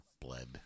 Bled